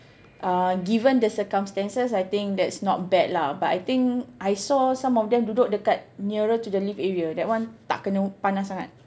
uh given the circumstances I think that's not bad lah but I think I saw some of them duduk dekat nearer to the lift area that one tak kena panas sangat